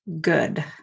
good